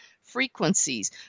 frequencies